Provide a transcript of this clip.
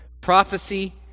prophecy